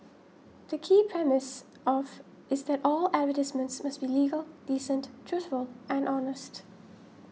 the key premise of is that all advertisements must be legal decent truthful and honest